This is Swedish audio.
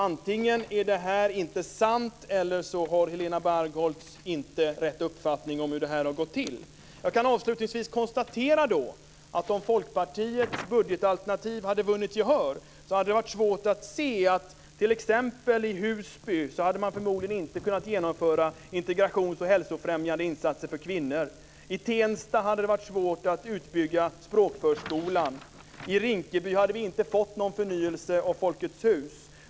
Antingen är det som står i avtalet inte sant, eller också har Helena Bargholtz inte rätt uppfattning om hur det har gått till. Avslutningsvis kan jag konstatera att om Folkpartiets budgetalternativ hade vunnit gehör hade det varit svårt att i Husby genomföra integrations och hälsofrämjande insatser för kvinnor. I Tensta hade det varit svårt att bygga ut språkförskolan. I Rinkeby hade det inte blivit någon förnyelse av Folkets hus.